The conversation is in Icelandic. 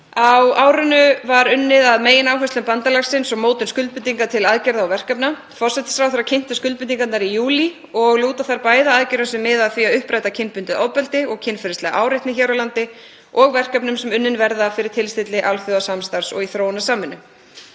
Á árinu var unnið að megináherslum bandalagsins og mótun skuldbindinga til aðgerða og verkefna. Forsætisráðherra kynnti skuldbindingarnar í júlí og lúta þær bæði að aðgerðum sem miða að því að uppræta kynbundið ofbeldi og kynferðislega áreitni hér á landi og verkefnum sem unnin verða fyrir tilstilli alþjóðasamstarfs og í þróunarsamvinnu.